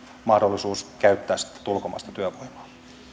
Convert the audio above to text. mahdollisuus käyttää ulkomaista työvoimaa